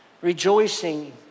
rejoicing